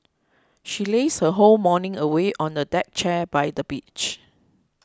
she lazed her whole morning away on the deck chair by the beach